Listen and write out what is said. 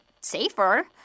safer